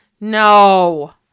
No